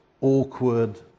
awkward